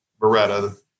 Beretta